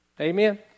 Amen